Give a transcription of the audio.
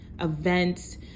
events